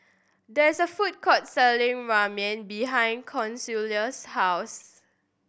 there is a food court selling Ramen behind Consuela's house